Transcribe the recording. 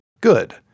good